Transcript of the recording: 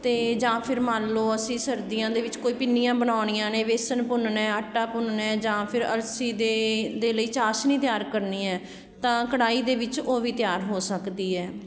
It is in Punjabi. ਅਤੇ ਜਾਂ ਫੇਰ ਮੰਨ ਲਉ ਅਸੀਂ ਸਰਦੀਆਂ ਦੇ ਵਿੱਚ ਕੋਈ ਪਿੰਨੀਆਂ ਬਣਾਉਣੀਆਂ ਨੇ ਵੇਸਣ ਭੁੰਨਣਾ ਹੈ ਆਟਾ ਭੁੰਨਣਾ ਹੈ ਜਾਂ ਫਿਰ ਅਲਸੀ ਦੇ ਦੇ ਲਈ ਚਾਸ਼ਨੀ ਤਿਆਰ ਕਰਨੀ ਹੈ ਤਾਂ ਕੜਾਹੀ ਦੇ ਵਿੱਚ ਉਹ ਵੀ ਤਿਆਰ ਹੋ ਸਕਦੀ ਹੈ